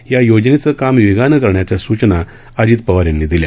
या योजनेचं काम वेगानं करण्याच्या सूचना अजित पवार यांनी दिल्या